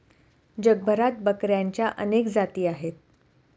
जगभरात बकऱ्यांच्या अनेक जाती आहेत